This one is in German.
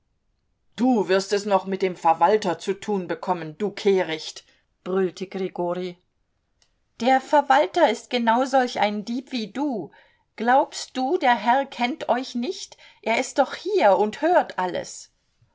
du wirst es noch mit dem verwalter zu tun bekommen du kehricht brüllte grigorij der verwalter ist genau solch ein dieb wie du glaubst du der herr kennt euch nicht er ist doch hier und hört alles